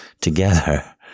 together